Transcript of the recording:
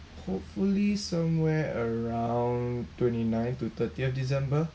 hopefully somewhere around twenty-ninth to thirtieth december